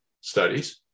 studies